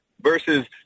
versus